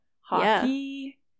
hockey